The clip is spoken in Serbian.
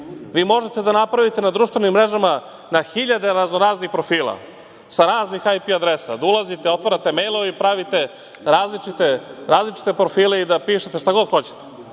možete da napravite na društvenim mrežama na hiljade razno raznih profila, sa raznih IP adresa, da ulazite i otvarate mejlove i pravite različite profile i da pišete šta god hoćete,